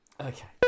okay